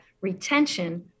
retention